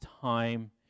time